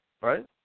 right